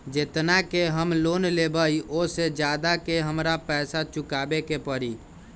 जेतना के हम लोन लेबई ओ से ज्यादा के हमरा पैसा चुकाबे के परी?